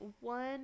one